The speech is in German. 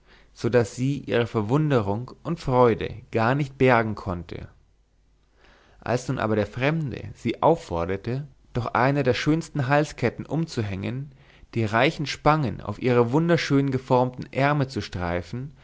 so daß sie ihre verwunderung und freude gar nicht bergen konnte als nun aber der fremde sie aufforderte doch eine der schönsten halsketten umzuhängen die reichen spangen auf ihre wunderschön geformten ärme zu streifen